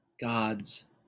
God's